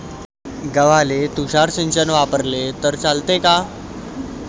गव्हाले तुषार सिंचन वापरले तर चालते का?